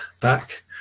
back